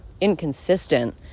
inconsistent